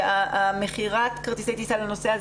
מכירת כרטיסי טיסה לנוסע,